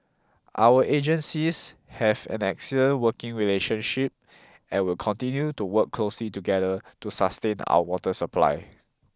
our agencies have an excellent working relationship and will continue to work closely together to sustain our water supply